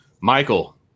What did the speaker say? Michael